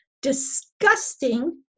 disgusting